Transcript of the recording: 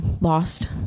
lost